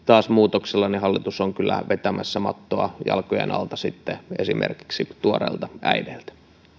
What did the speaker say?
muutoksilla hallitus on kyllä taas vetämässä mattoa jalkojen alta esimerkiksi tuoreilta äideiltä